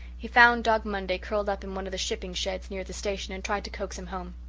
he found dog monday curled up in one of the shipping-sheds near the station and tried to coax him home.